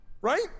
right